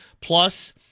Plus